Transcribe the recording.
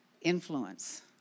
influence